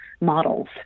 models